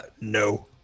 no